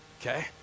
Okay